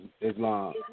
Islam